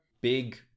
big